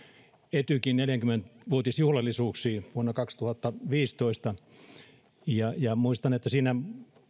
etykin neljäkymmentä vuotisjuhlallisuuksiin vuonna kaksituhattaviisitoista muistan että siinä